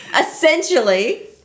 essentially